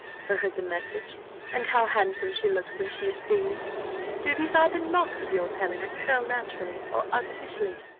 who heard the message and how handsome she looks when she is pleased do these auburn locks of yours, helena, curl naturally or artificially?